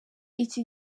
iki